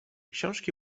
książki